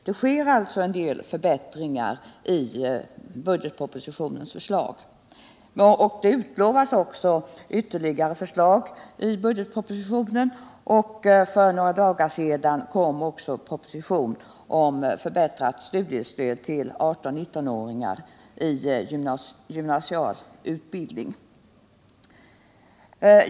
Det sker alltså en del förbättringar i budgetpropositionens förslag. Det utlovas också ytterligare förslag i budgetpropositionen, och för några dagar sedan kom även propositionen om förbättrat studiestöd till 18—-19-åringar i gymnasial utbildning.